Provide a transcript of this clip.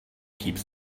keeps